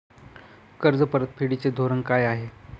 कर्ज परतफेडीचे धोरण काय आहे?